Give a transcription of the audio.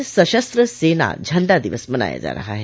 आज सशस्त्र सेना झंडा दिवस मनाया जा रहा है